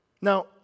Now